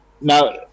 Now